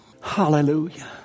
hallelujah